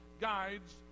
guides